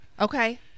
Okay